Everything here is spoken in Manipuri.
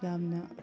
ꯌꯥꯝꯅ